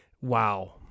wow